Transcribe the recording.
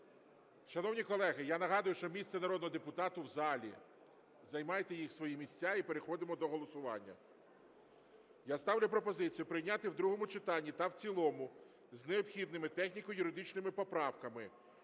Шановні колеги, я нагадую, що місце народного депутата в залі, займайте їх, свої місця, і переходимо до голосування. Я ставлю пропозицію прийняти в другому читанні та в цілому з необхідними техніко-юридичними поправками